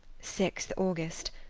six august.